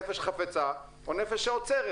נפש חפצה או נפש שעוצרת,